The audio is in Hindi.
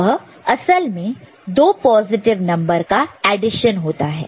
वह असल में 2 पॉजिटिव नंबर का एडिशन होता है